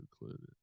included